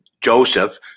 Joseph